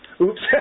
Oops